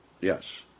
Yes